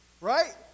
Right